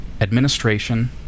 Administration